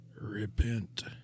Repent